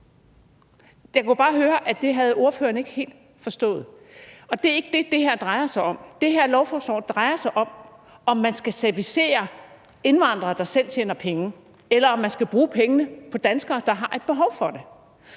Jeg kunne bare høre, at det havde ordføreren ikke helt forstået. Det er ikke det, som det her drejer sig om. Det her lovforslag drejer sig om, om man skal servicere indvandrere, der selv tjener penge, eller om man skal bruge pengene på danskere, der har et behov for det.